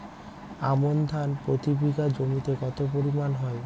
আমন ধান প্রতি বিঘা জমিতে কতো পরিমাণ হয়?